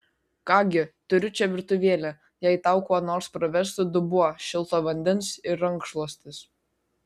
ką gi turiu čia virtuvėlę jei tau kuo nors praverstų dubuo šilto vandens ir rankšluostis